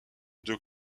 deux